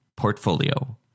Portfolio